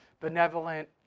benevolent